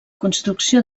construcció